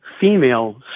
female